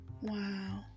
Wow